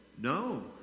No